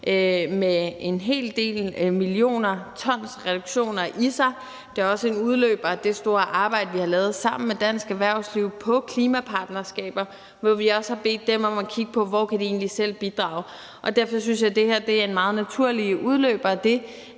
med en hel del millioner tons reduktioner i sig. Det er også en udløber af det store arbejde, vi har lavet sammen med dansk erhvervsliv, om klimapartnerskaber, hvor vi også har bedt dem om at kigge på, hvor de egentlig selv kan bidrage. Derfor synes jeg, at det her er en meget naturlig udløber af det,